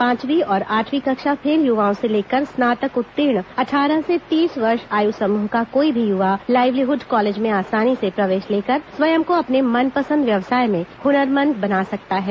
पांचवीं और आठवीं कक्षा फेल युवाओं से लेकर स्नातक उत्तीर्ण अट्ठारह से तीस वर्ष आयु समूह का कोई भी युवा लाइवलीहुड कॉलेज में आसानी से प्रवेश लेकर स्वयं को अपने मनपसंद व्यवसाय में हनरमंद बना सकता है